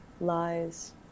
lies